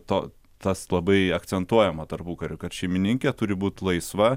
to tas labai akcentuojama tarpukariu kad šeimininkė turi būt laisva